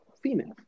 female